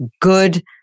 good